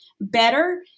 Better